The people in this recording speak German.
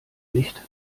nicht